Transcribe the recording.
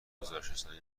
گزارشرسانی